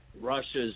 Russia's